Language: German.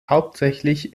hauptsächlich